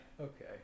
Okay